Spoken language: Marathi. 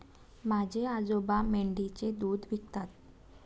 माझे आजोबा मेंढीचे दूध विकतात